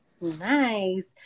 nice